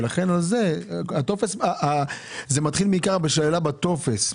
זה מתחיל בעיקר משאלה בטופס,